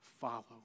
follow